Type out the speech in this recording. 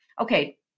okay